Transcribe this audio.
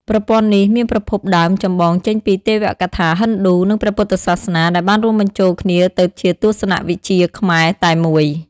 ប្រព័ន្ធនេះមានប្រភពដើមចម្បងចេញពីទេវកថាហិណ្ឌូនិងព្រះពុទ្ធសាសនាដែលបានរួមបញ្ចូលគ្នាទៅជាទស្សនៈវិជ្ជាខ្មែរតែមួយ។